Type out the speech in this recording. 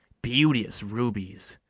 beauteous rubies,